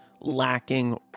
lacking